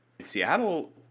Seattle